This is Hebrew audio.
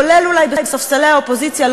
כולל אולי בספסלי האופוזיציה,